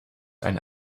eine